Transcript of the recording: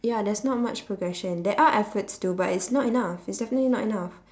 ya there's not much progression there are efforts to but it's not enough it's definitely not enough